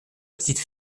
petite